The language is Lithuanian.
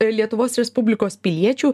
lietuvos respublikos piliečių